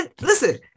listen